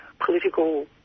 political